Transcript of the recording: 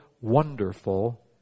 wonderful